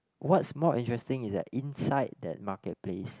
what's more interesting is that inside that market place